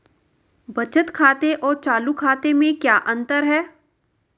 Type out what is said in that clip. बचत खाते और चालू खाते में क्या अंतर है?